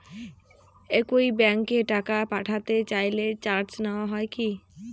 একই ব্যাংকে টাকা পাঠাতে চাইলে চার্জ নেওয়া হয় কি?